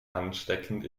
ansteckend